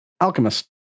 alchemist